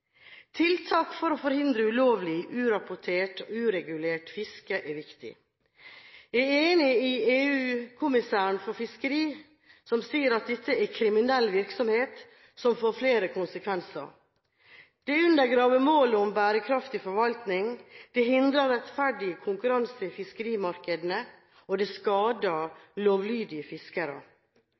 Tiltak for å forhindre ulovlig, urapportert og uregulert fiske er viktig. Jeg er enig med EU-kommissæren for fiskeri, som sier at dette er kriminell virksomhet som får flere konsekvenser. Det undergraver målet om bærekraftig forvaltning. Det hindrer rettferdig konkurranse i fiskerimarkedene, og det skader lovlydige fiskere.